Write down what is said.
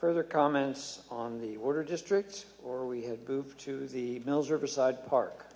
further comments on the order districts or we have proved to the mills riverside park